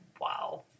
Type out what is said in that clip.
wow